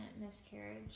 miscarriage